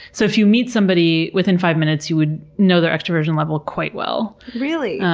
so if you meet somebody, within five minutes you would know their extroversion level quite well. really?